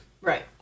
right